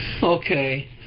Okay